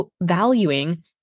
valuing